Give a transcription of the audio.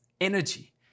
energy